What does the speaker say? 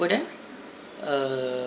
~ver there err